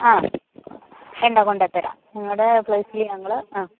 ആ വേണ്ട കൊണ്ട് തരാം നിങ്ങളുടെ പ്ലേസിൽ ഞങ്ങൾ ആ